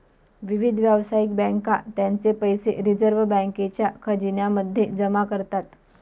विविध व्यावसायिक बँका त्यांचे पैसे रिझर्व बँकेच्या खजिन्या मध्ये जमा करतात